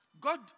God